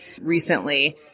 recently